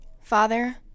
father